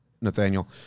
Nathaniel